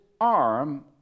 arm